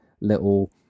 little